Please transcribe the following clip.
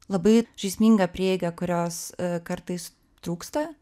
labai žaisminga prieiga kurios kartais trūksta